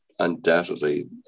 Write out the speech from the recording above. undoubtedly